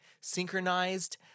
synchronized